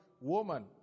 woman